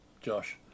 Josh